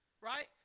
right